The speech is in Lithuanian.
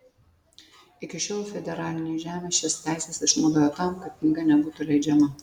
iki šiol federalinė žemė šias teises išnaudojo tam kad knyga nebūtų leidžiama